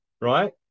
right